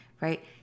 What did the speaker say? right